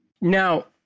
Now